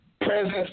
presence